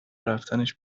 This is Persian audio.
رفتنش